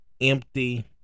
empty